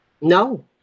No